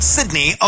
Sydney